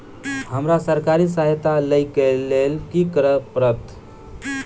हमरा सरकारी सहायता लई केँ लेल की करऽ पड़त?